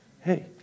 Hey